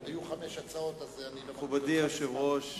מכובדי היושב-ראש,